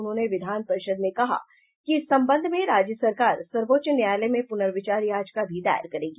उन्होंने विधान परिषद में कहा कि इस संबंध में राज्य सरकार सर्वोच्च न्यायालय में प्रनर्विचार याचिका भी दायर करेगी